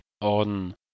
on